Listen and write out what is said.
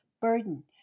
burden